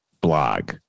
blog